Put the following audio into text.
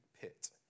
pit